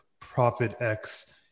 ProfitX